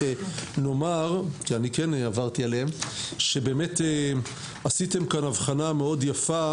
אני רק אומר שבאמת עשיתם כאן הבחנה מאוד יפה